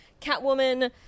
catwoman